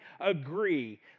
agree